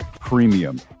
premium